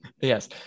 yes